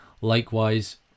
Likewise